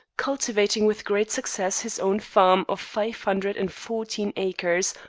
cultivating with great success his own farm of five hundred and fourteen acres,